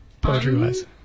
poetry-wise